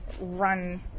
run